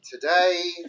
today